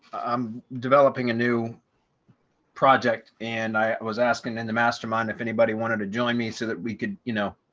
i'm developing a new project. and i was asking in the mastermind, if anybody wanted to join me so that we could, you know,